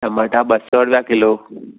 टमाटा ॿ सौ रुपया किलो